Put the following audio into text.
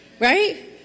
right